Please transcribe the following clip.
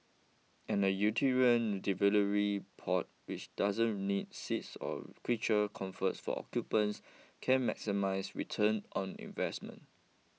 and a utilitarian delivery pod which doesn't need seats or creature comforts for occupants can maximise return on investment